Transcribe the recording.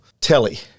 Telly